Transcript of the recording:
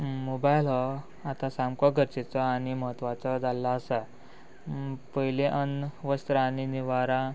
mobile हो आतां सामको गरजेचो आनी म्हत्वाचो जाल्लो आसा पयलीं अन्न वस्त्र आनी निवारां